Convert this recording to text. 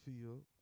field